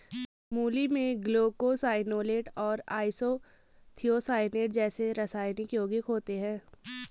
मूली में ग्लूकोसाइनोलेट और आइसोथियोसाइनेट जैसे रासायनिक यौगिक होते है